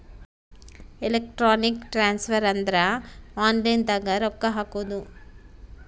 electronic transfer ಅಂದ್ರ online ದಾಗ ರೊಕ್ಕ ಹಾಕೋದು